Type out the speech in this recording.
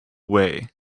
way